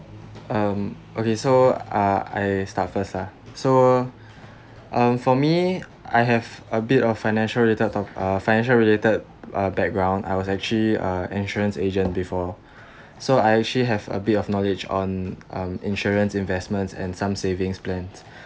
um okay so uh I start first ah so um for me I have a bit of financial related to~ uh financial related uh background I was actually a insurance agent before so I actually have a bit of knowledge on um insurance investments and some saving plans